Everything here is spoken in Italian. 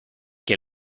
che